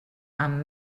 amb